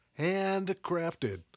Handcrafted